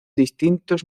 distintos